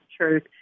truth